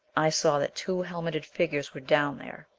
i saw that two helmeted figures were down there.